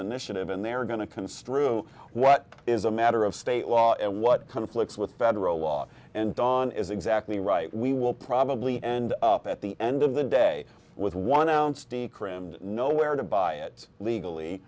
initiative and they're going to construe what is a matter of state law and what conflicts with federal law and dawn is exactly right we will probably end up at the end of the day with one ounce t crim know where to buy it legally